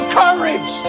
courage